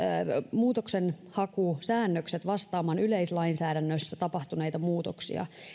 muutoksenhakusäännökset vastaamaan yleislainsäädännössä tapahtuneita muutoksia